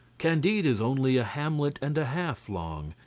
candide is only a hamlet and a half long.